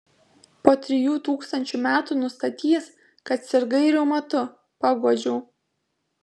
po trijų tūkstančių metų nustatys kad sirgai reumatu paguodžiau